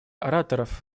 ораторов